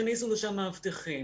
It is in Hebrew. הכניסו לשם מאבטחים.